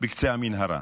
בקצה המנהרה.